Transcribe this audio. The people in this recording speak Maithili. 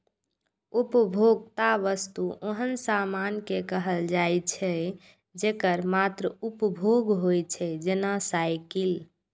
उपभोक्ता वस्तु ओहन सामान कें कहल जाइ छै, जेकर मात्र उपभोग होइ छै, जेना साइकिल